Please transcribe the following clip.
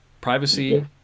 Privacy